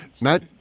Matt